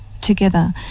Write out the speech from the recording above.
together